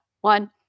one